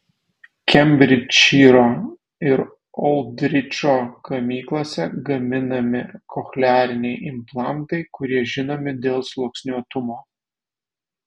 kembridžšyro ir oldridžo gamyklose gaminami kochleariniai implantai kurie žinomi dėl sluoksniuotumo